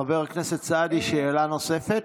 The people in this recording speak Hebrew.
חבר הכנסת סעדי, שאלה נוספת.